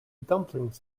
dumplings